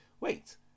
wait